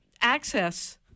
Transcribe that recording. access